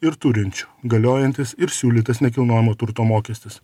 ir turinčių galiojantis ir siūlytas nekilnojamo turto mokestis